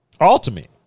Ultimate